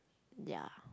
ya